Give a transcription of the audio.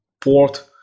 port